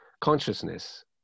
consciousness